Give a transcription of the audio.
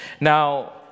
Now